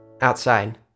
Outside